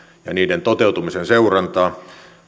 ja niiden toteutumisen seurantaa